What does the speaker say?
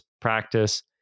practice